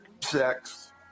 sex